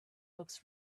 books